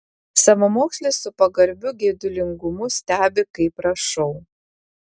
savamokslis su pagarbiu geidulingumu stebi kaip rašau